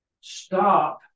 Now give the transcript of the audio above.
stop